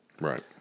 Right